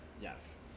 Yes